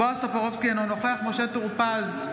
בועז טופורובסקי, אינו נוכח משה טור פז,